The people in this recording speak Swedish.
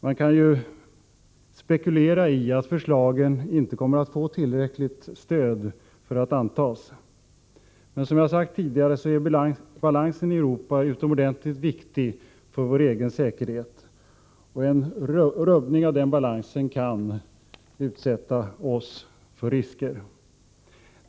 Man kan ju spekulera i att förslagen inte kommer att få tillräckligt stöd för att antas. Men som jag sagt tidigare är balansen i Europa utomordentligt viktig för vår egen säkerhet, och en rubbning av den balansen kan utsätta oss för risker.